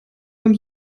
beim